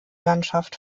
landschaft